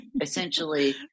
essentially